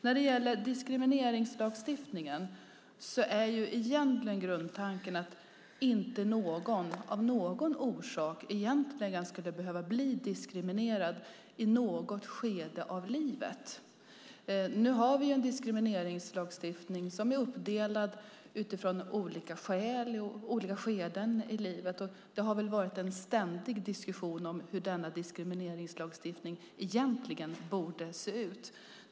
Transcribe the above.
När det gäller diskrimineringslagstiftningen är grundtanken att inte någon av någon orsak ska behöva bli diskriminerad i något skede av livet. Nu har vi en diskrimineringslagstiftning som är uppdelad efter olika skäl och olika skeden i livet. Det har varit en ständig diskussion om hur denna diskrimineringslagstiftning egentligen borde se ut.